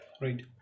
right